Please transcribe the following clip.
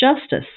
justice